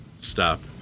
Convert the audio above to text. stop